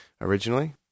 originally